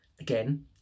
Again